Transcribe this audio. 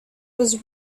was